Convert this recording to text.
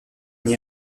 n’y